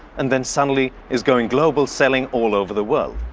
and then suddenly is going global selling all over the world.